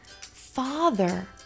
Father